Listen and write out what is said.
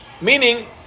Meaning